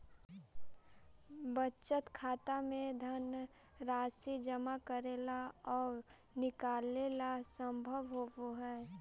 बचत खाता में धनराशि जमा करेला आउ निकालेला संभव होवऽ हइ